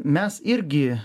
mes irgi